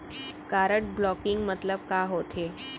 Card blocking मतलब का होथे?